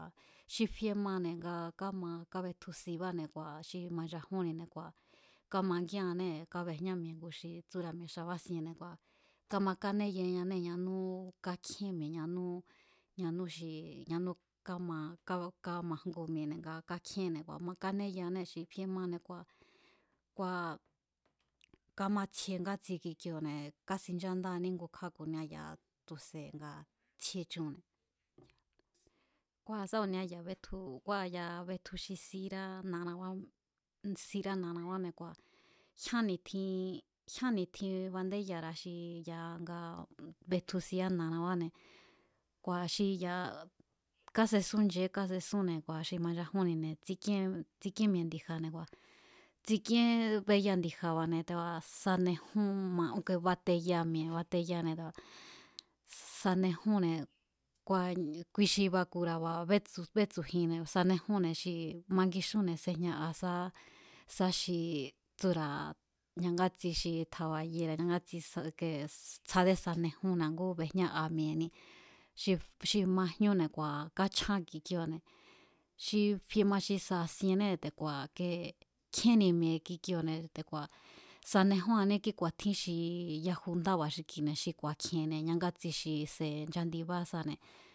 Xi fie mane̱ nga káma kábetju sibáne̱ kua̱ xi manchajúnnine̱ kua̱ kámangíannée̱ kábejñá mi̱e̱ ngu xi tsúra̱ mi̱e̱ xa básienne̱ kua̱, kámakaneyañanée̱ ñanú kákjíen mi̱e̱ ñanú ñanú xi ñanú káma, kab, kámajngu mi̱e̱ne̱ nga kákjíenne̱ kua̱ makánéyaanée̱ xi fie mane̱ kua̱ kamatsjie ngátsi kikioo̱ne̱ káxínchandáaní kíngukjá ku̱nia ya̱a tu̱se̱ nga tsjie chunne̱. Kua̱ sa ku̱nia ya̱a betju kua̱ ya̱a betju xi sirá na̱ra̱b, sirá na̱rabane̱ kua̱ jyán ni̱tjin, jyán ni̱tjin bandéyara̱ xi ya̱ nga betju sirána̱rabáne̱ kua̱ xi ya̱a kásesún nche̱é kásesúnne̱ ngua̱ xi manchajúnine̱ tsik'ien, tsjik'íén mi̱e̱ ndi̱ja̱ne̱ kua̱ tsik'íen be'ya ndi̱ja̱ba̱ne̱ te̱ku̱a̱ sanejún bateya mi̱e̱ bateyane̱ te̱ku̱a̱ sanejúnne̱ kua̱ kui xi baku̱ra̱ba̱ bétsu̱jinne̱ banejúnne̱ xi mangixúnne̱ sejña'a sá sá xi tsúra̱ ñangátsi xi tja̱ba̱ yera̱ ñangátsi xi tsjádé sanejúnne̱ a̱ngú bejñá'a mi̱e̱i̱ni xi xi majñúne̱ te̱ku̱a̱ káchján kikioo̱ne̱ xi fie ma xi saa̱siennée̱ te̱ku̱a̱ ke kjíénni mi̱e̱ kikioo̱ne̱ te̱ku̱a̱ sanejúanní kíku̱a̱tjín xi yaju ndába̱ xi kine̱ xi ku̱a̱kji̱e̱nne̱ ñangátsi xi se̱ nchandibáísane̱.